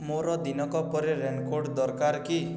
ମୋର ଦିନକ ପରେ ରେନ୍ କୋଟ୍ ଦରକାର କି